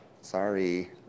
Sorry